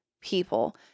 people